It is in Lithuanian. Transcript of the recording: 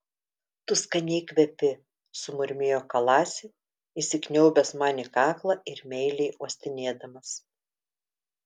tu skaniai kvepi sumurmėjo kalasi įsikniaubęs man į kaklą ir meiliai uostinėdamas